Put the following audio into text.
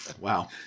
Wow